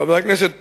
חבר הכנסת